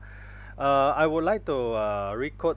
uh I would like to uh re-quote